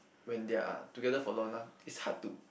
when they are together for long enough it's hard to